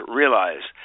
realize